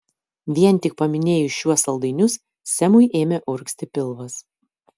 vien tik paminėjus šiuos saldainius semui ėmė urgzti pilvas